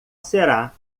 será